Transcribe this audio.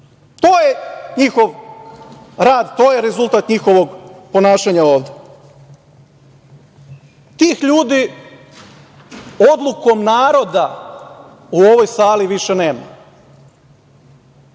To je njihov rad, to je rezultat njihovog ponašanja ovde. Tih ljudi, odlukom naroda, u ovoj sali više nema. Ne